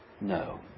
No